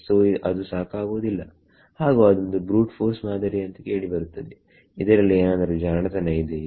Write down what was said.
so ಅದು ಸಾಕಾಗುವುದಿಲ್ಲ ಹಾಗು ಅದೊಂದು ಬ್ರೂಟ್ ಫೊರ್ಸ್ ಮಾದರಿಯಂತೆ ಕೇಳಿಬರುತ್ತದೆ ಇದರಲ್ಲಿ ಏನಾದರು ಜಾಣತನ ಇದೆಯೇ